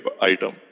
item